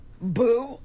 Boo